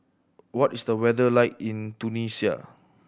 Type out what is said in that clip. what is the weather like in Tunisia